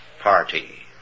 party